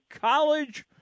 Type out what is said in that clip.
College